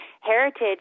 heritage